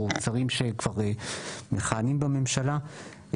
או שרים שכבר מכהנים בממשלה,